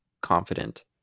confident